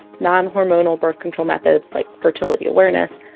non-hormonal birth control methods, like fertility awareness.